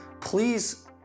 please